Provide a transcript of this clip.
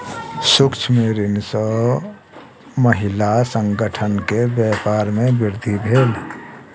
सूक्ष्म ऋण सॅ महिला संगठन के व्यापार में वृद्धि भेल